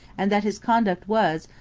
and that his conduct was,